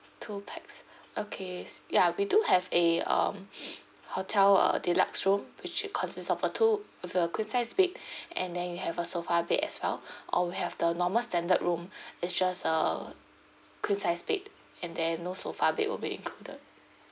two pax okay ya we do have a um hotel uh deluxe room which consists of a two of a queen size bed and then you have a sofa bed as well or we have the normal standard room it's just a queen size bed and then no sofa bed will be included